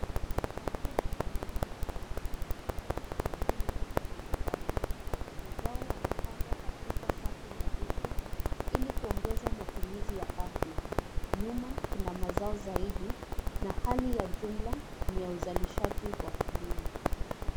Shamba kubwa la mimea ya kabichi, katika kilimo cha viwandani. Mazao yamepangwa katika safu nadhifu, ili kuongeza matumizi ya ardhi. Nyuma kuna mazao zaidi na hali ya jumla ni ya uzalishaji wa kilimo.